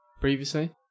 previously